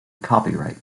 copyright